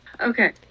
Okay